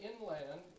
inland